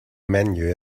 menu